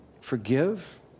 forgive